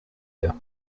you